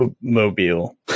mobile